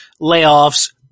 layoffs